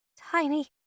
Tiny